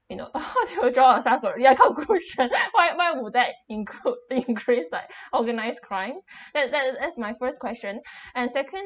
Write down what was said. you know how do you draw a such your conclusion why why would that include increased like organised crimes that that is as my first question and secondly